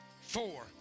four